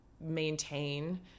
maintain